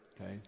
okay